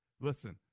Listen